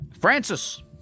Francis